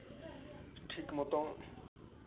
ᱴᱷᱤᱠ ᱢᱚᱛᱚᱱ